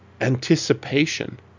anticipation